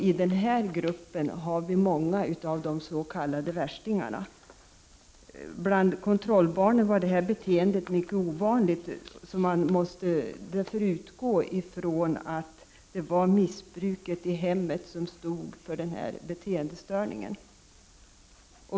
I den här gruppen har vi många av de s.k. värstingarna. Bland kontrollbarnen var det här beteendet mycket ovanligt. Man måste därför utgå ifrån att det var missbruket i hemmet som stod för denna beteendestörning.